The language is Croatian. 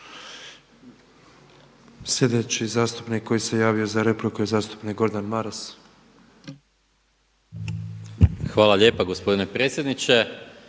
Hvala lijepa gospodine predsjedniče.